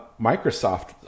Microsoft